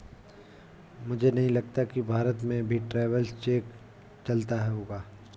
मुझे नहीं लगता कि भारत में भी ट्रैवलर्स चेक चलता होगा